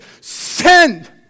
send